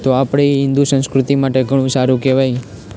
તો આપળે એ હિન્દુ સંસ્કૃતિ માટે ઘણું સારું કહેવાય